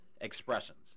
expressions